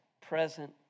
present